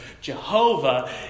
Jehovah